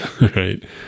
right